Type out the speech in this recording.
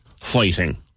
fighting